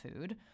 food